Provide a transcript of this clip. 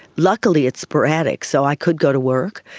luckily it's sporadic, so i could go to work.